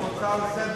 כמו הצעה לסדר-היום,